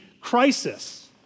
crisis